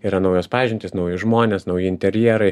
yra naujos pažintys nauji žmonės nauji interjerai